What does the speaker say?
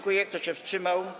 Kto się wstrzymał?